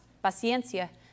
paciencia